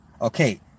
okay